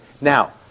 Now